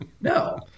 no